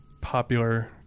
popular